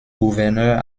gouverneur